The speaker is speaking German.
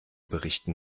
berichten